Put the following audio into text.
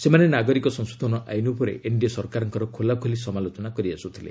ସେମାନେ ନାଗରିକ ସଂଶୋଧନ ଆଇନ ଉପରେ ଏନ୍ଡିଏ ସରକାରଙ୍କର ଖୋଲାଖୋଲି ସମାଲୋଚନା କରିଆସୁଥିଲେ